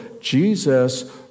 Jesus